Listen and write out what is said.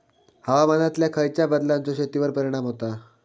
हवामानातल्या खयच्या बदलांचो शेतीवर परिणाम होता?